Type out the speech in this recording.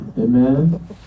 Amen